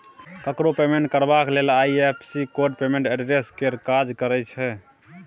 ककरो पेमेंट करबाक लेल आइ.एफ.एस.सी कोड पेमेंट एड्रेस केर काज करय छै